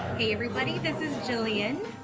hey everybody this is jillian,